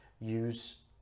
use